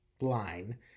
line